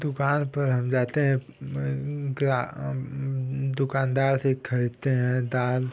दुकान पर हम जाते हैं ग्राह दुकानदार से खरीदते हैं दाल